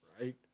right